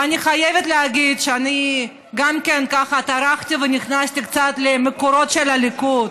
ואני חייבת להגיד שאני גם ככה טרחתי ונכנסתי קצת למקורות של הליכוד,